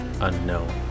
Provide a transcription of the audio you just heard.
unknown